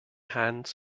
hands